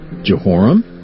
Jehoram